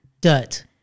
Dirt